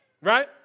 Right